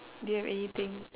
do you have anything